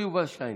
המשפטים.